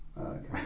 Okay